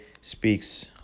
speaks